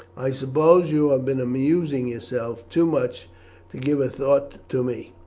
i suppose you have been amusing yourself too much to give a thought to me.